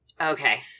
Okay